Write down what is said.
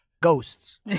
ghosts